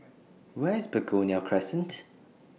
Where IS Begonia Crescent